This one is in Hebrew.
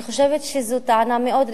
אני חושבת שזאת טענה מאוד רצינית,